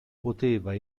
poteva